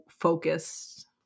focused